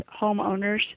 homeowners